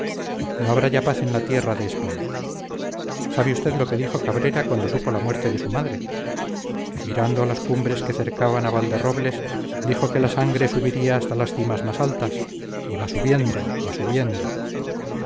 no habrá ya paz en la tierra de españa sabe usted lo que dijo cabrera cuando supo la muerte de su madre mirando a las cumbres que cercan a valderrobles dijo que la sangre subiría hasta las cimas más altas y va subiendo va subiendo